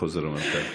בחוזר המנכ"ל.